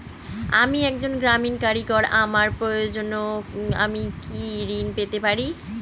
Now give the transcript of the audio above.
আমি একজন গ্রামীণ কারিগর আমার প্রয়োজনৃ আমি কি ঋণ পেতে পারি?